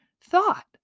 thought